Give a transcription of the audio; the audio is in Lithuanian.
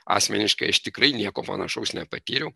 asmeniškai aš tikrai nieko panašaus nepatyriau